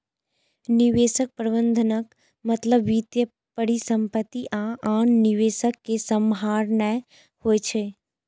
निवेश प्रबंधनक मतलब वित्तीय परिसंपत्ति आ आन निवेश कें सम्हारनाय होइ छै